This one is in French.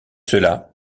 cela